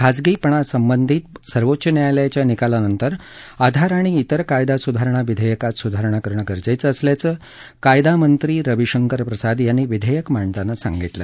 खाजगीपणासंबंधित सर्वोच्च न्यायालयाच्या निकालानंतर आधार आणि इतर ायदासुधारणा विधेयकात सुधारणा करणं गरजेचं असल्याचं कायदामंत्री रवीशंकर प्रसाद यांनी विधेयक ताना सांगितलं